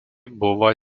buvo